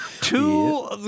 Two